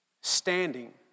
standing